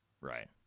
Right